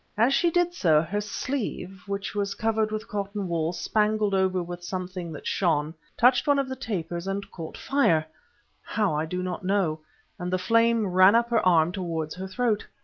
as she did so her sleeve, which was covered with cotton wool, spangled over with something that shone, touched one of the tapers and caught fire how i do not know and the flame ran up her arm towards her throat.